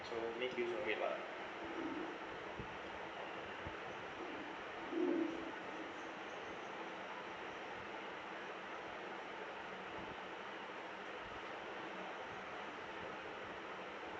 to make use of it lah